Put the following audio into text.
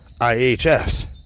IHS